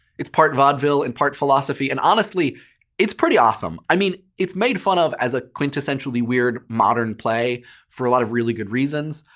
it's part vaudeville and part philosophy, and honestly it's pretty awesome. i mean, it's made fun of as a quintessentially weird, modern play for a lot of good reasons,